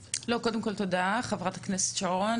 תודה, חברת הכנסת שרון.